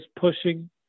pushing